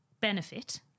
benefit